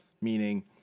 meaning